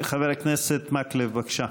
חבר הכנסת מקלב, בבקשה.